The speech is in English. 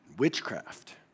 Witchcraft